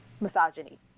misogyny